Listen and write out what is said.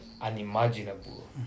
unimaginable